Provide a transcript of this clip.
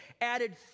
added